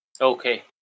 Okay